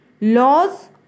laws